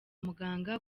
muganga